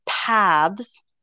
paths